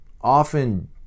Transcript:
often